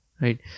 right